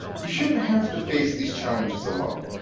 you shouldn't have to face these challenges alone.